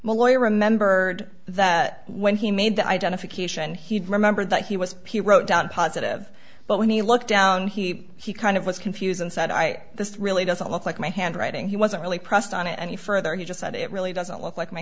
malloy remember that when he made the identification he'd remember that he was he wrote down positive but when he looked down he he kind of was confused and said i this really doesn't look like my handwriting he wasn't really pressed on it any further he just said it really doesn't look like my